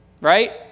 right